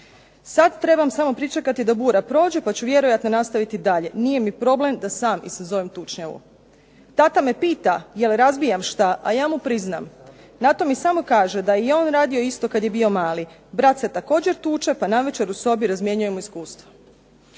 Sad trebam samo pričekati da bura prođe pa ću vjerojatno nastaviti dalje. Nije mi problem da sam izazovem tučnjavu. Tata me pita jel razbijam šta, a ja mu priznam. Na to mi samo kaže da je i on radio isto kad je bio mali. Brat se također tuče pa navečer u sobi razmjenjujemo iskustvo."